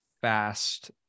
fast